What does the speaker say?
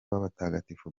w’abatagatifu